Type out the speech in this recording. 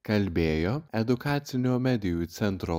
kalbėjo edukacinių medijų centro